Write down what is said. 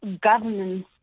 governance